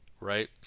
right